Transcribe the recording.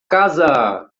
casa